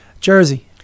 Jersey